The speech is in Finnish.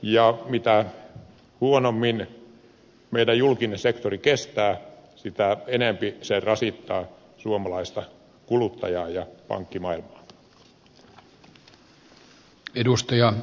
ja mitä huonommin meidän julkinen sektorimme kestää sitä enempi se rasittaa suomalaista kuluttajaa ja pankkimaailmaa